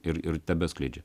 ir ir tebeskleidžia